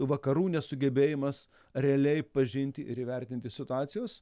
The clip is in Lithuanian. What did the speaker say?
vakarų nesugebėjimas realiai pažinti ir įvertinti situacijos